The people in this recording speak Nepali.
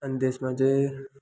अनि त्यसमा चाहिँ